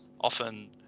often